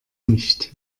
nicht